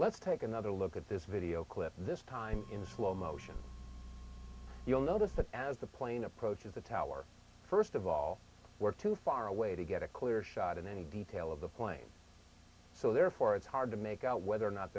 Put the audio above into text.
let's take another look at this video clip this time in slow motion you'll notice that as the plane approaches the tower first of all we're too far away to get a clear shot in any detail of the plane so therefore it's hard to make out whether or not